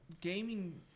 gaming